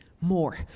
more